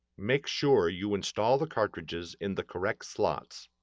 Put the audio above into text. make sure you install the cartridges in the correct slots.